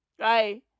Right